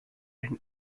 and